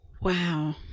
Wow